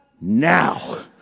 now